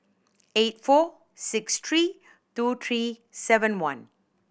eight four six three two three seven one